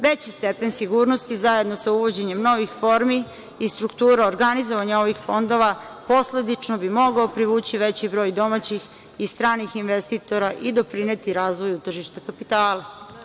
Veći stepen sigurnosti, zajedno sa uvođenjem novih formi i struktura organizovanja ovih fondova posledično bi mogao privući veći broj domaći i stranih investitora i doprineti razvoju tržišta kapitala.